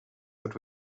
that